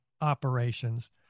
operations